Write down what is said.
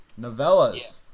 Novellas